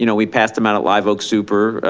you know we passed them out at live oak super.